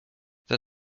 the